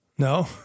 No